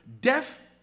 Death